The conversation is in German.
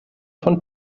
von